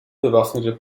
bewaffneten